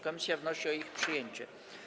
Komisja wnosi o ich przyjęcie.